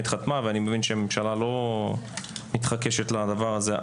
חתמה ואני מבין שהממשלה לא מתכחשת לדבר הזה,